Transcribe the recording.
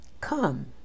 come